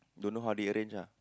don't know how they arrange ah